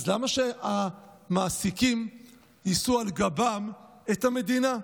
אז למה שהמעסיקים יישאו על גבם את המדינה?